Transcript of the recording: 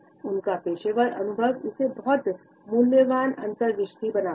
उनका पेशेवर अनुभव इसे बहुत मूल्यवान अंतर्दृष्टि बनाता है